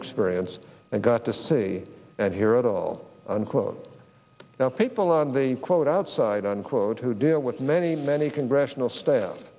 experience and got to see and hear it all unquote now people on the quote outside unquote who deal with many many congressional